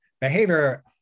behavior